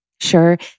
Sure